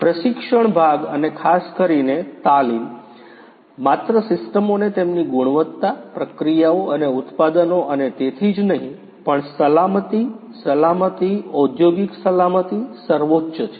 પ્રશિક્ષણ ભાગ અને ખાસ કરીને તાલીમ માત્ર સિસ્ટમોને તેમની ગુણવત્તા પ્રક્રિયાઓ અને ઉત્પાદનો અને તેથી જ નહીં પણ સલામતી સલામતી ઔદ્યોગિક સલામતી સર્વોચ્ચ છે